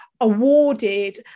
awarded